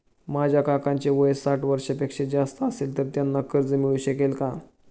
माझ्या काकांचे वय साठ वर्षांपेक्षा जास्त असेल तर त्यांना कर्ज मिळू शकेल का?